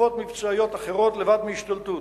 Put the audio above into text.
חלופות מבצעיות אחרות לבד מהשתלטות.